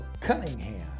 Cunningham